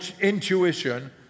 intuition